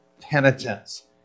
penitence